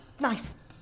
nice